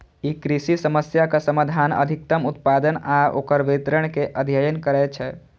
ई कृषि समस्याक समाधान, अधिकतम उत्पादन आ ओकर वितरण के अध्ययन करै छै